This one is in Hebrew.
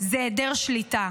היא היעדר שליטה.